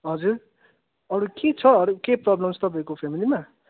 हजुर अरू के छ अरू के प्रब्लम्स तपाईँहरूको फेमिलीमा